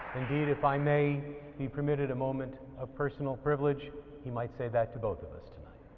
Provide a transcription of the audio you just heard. indeed if i may be permitted a moment of personal privilege he might say that to both of us